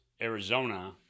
Arizona